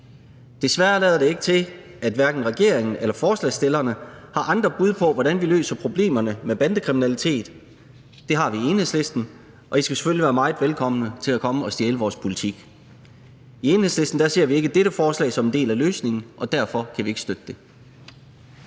Desværre lader det ikke til, at hverken regeringen eller forslagsstillerne har andre bud på, hvordan vi løser problemerne med bandekriminalitet. Det har vi i Enhedslisten, og I skal selvfølgelig være meget velkomne til at komme og stjæle vores politik. I Enhedslisten ser vi ikke dette forslag som en del af løsningen, og derfor kan vi ikke støtte det.